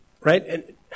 right